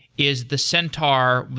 is the centaur,